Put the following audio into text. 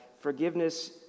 forgiveness